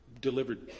delivered